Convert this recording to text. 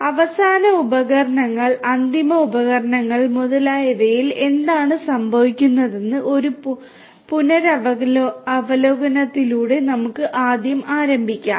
അതിനാൽ അവസാന ഉപകരണങ്ങൾ അന്തിമ ഉപകരണങ്ങൾ മുതലായവയിൽ എന്താണ് സംഭവിക്കുന്നതെന്ന് ഒരു പുനരവലോകനത്തിലൂടെ നമുക്ക് ആദ്യം ആരംഭിക്കാം